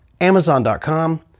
Amazon.com